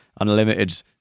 unlimited